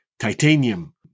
titanium